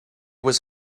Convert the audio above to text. was